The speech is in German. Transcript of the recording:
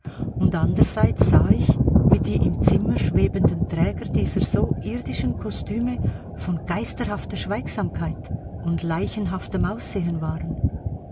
und anderseits sah ich wie die im zimmer schwebenden träger dieser so irdischen kostüme von geisterhafter schweigsamkeit und leichenhaftem aussehen waren